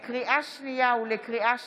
לקריאה שנייה ולקריאה שלישית: